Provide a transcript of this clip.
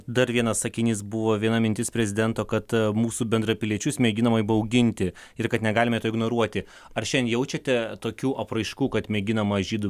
dar vienas sakinys buvo viena mintis prezidento kad mūsų bendrapiliečius mėginama įbauginti ir kad negalime tuo ignoruoti ar šiandien jaučiate tokių apraiškų kad mėginama žydų